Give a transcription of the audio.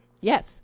Yes